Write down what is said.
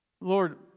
Lord